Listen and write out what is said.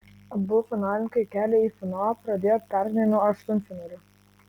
abu finalininkai kelią į finalą pradėjo pernai nuo aštuntfinalio